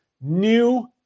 new